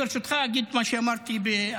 ברשותך, אני אגיד את מה שאמרתי בערבית.